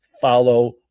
follow